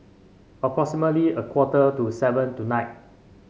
approximately a quarter to seven tonight